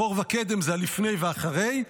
אחור וקדם זה לפני ואחרי.